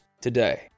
today